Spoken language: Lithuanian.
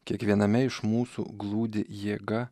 kiekviename iš mūsų glūdi jėga